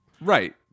Right